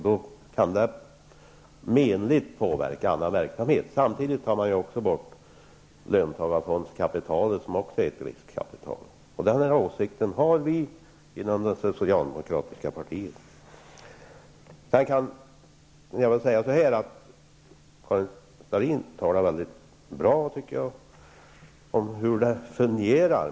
Det kan menligt påverka annan verksamhet. Samtidigt tar man ju också bort löntagarfondskapitalet, som också är ett riskkapital. Den här åsikten har vi inom det socialdemokratiska partiet. Karin Starrin talar mycket bra, tycker jag, om hur det fungerar.